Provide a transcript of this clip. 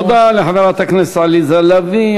תודה לחברת הכנסת עליזה לביא.